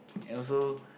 and also